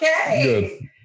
okay